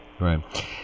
right